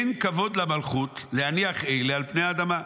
אין כבוד למלכות להניח אלה על פני האדמה".